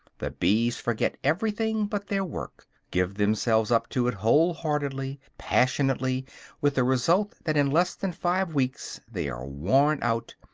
the bees forget everything but their work, give themselves up to it whole-heartedly, passionately with the result that in less than five weeks they are worn out,